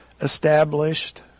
established